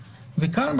וכאן,